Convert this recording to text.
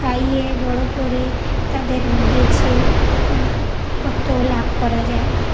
খাইয়ে বড়ো করে তাদের বেচে অর্থ লাভ করা যায়